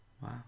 Wow